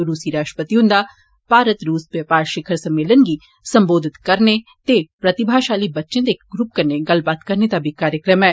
रूसी राश्ट्रपति हुंदा भारत रूस बपार शिखर सम्मेलन गी संबोधत करने ते प्रतिभाशाली बच्चे दे इक ग्रुप कन्नै गल्लबात करने दा बी कार्यक्रम ऐ